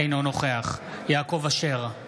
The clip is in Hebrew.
אינו נוכח יעקב אשר,